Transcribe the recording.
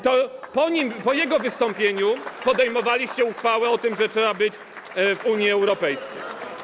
To po jego wystąpieniu podejmowaliście uchwałę o tym, że trzeba być w Unii Europejskiej.